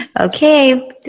Okay